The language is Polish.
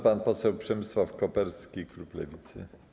Pan poseł Przemysław Koperski, klub Lewicy.